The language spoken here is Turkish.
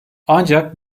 ancak